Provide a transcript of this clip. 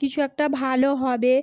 কিছু একটা ভালো হবে